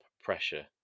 pressure